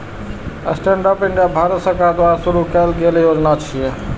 stand up India Bharat सरकार द्वारा शुरू कैल गेल योजना छियै